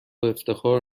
افتخار